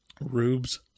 rubes